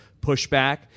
pushback